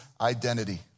identity